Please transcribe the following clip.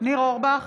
ניר אורבך,